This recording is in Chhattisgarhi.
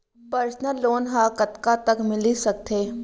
पर्सनल लोन ह कतका तक मिलिस सकथे?